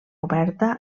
oberta